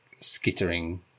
skittering